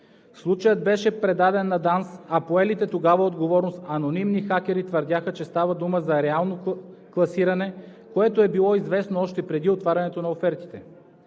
„Национална сигурност“, а поелите тогава отговорност анонимни хакери твърдяха, че става дума за реалното класиране, което е било известно още преди отварянето на офертите.